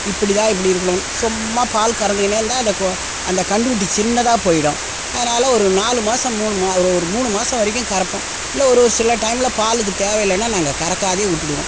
இப்படி தான் இப்டி இருக்கணும் சும்மா பால் கறந்துக்கின்னே இருந்தால் அந்த கோ அந்த கன்றுக்குட்டி சின்னதாக போய்விடும் அதனால் ஒரு நாலு மாதம் மூணு மா ஒரு ஒரு மூணு மாதம் வரைக்கும் கறப்போம் இல்லை ஒரு ஒரு சில டைமில் பாலுக்கு தேவை இல்லைன்னா நாங்கள் கறக்காது விட்டுடுவோம்